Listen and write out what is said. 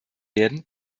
werden